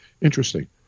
Interesting